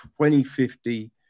2050